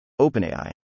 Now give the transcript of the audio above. OpenAI